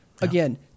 again